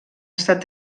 estat